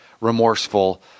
remorseful